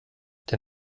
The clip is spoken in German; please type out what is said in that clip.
der